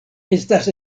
estas